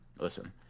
Listen